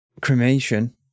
cremation